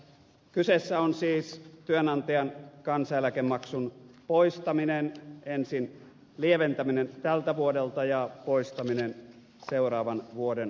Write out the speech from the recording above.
kyseessä on siis työnantajan kansaneläkemaksun poistaminen ensin lieventäminen tältä vuodelta ja poistaminen seuraavan vuoden alusta